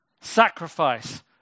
sacrifice